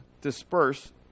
disperse